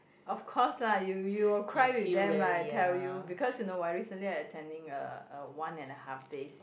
of course lah you you will cry with them right I tell you because you know why recently I attending a a one and a half days